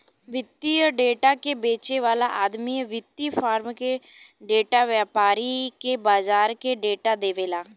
वित्तीय डेटा के बेचे वाला आदमी वित्तीय फार्म के डेटा, व्यापारी के बाजार के डेटा देवेला